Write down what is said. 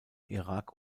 irak